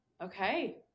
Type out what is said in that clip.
Okay